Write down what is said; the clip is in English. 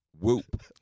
whoop